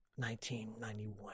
1991